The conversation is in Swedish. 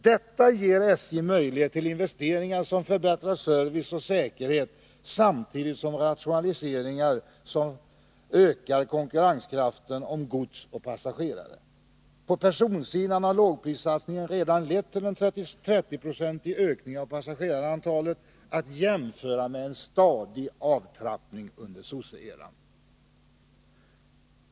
Detta ger SJ möjlighet till investeringar som förbättrar service och säkerhet, samtidigt som rationaliseringar ökar konkurrenskraften när det gäller gods och passagerare. På personsidan har lågprissatsningen redan lett till en 30 procentig ökning av passagerarantalet — att jämföra med en stadig avtrappning under sosseperioden.